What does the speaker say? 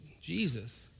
Jesus